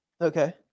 Okay